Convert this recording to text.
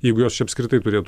jeigu jos čia apskritai turėtų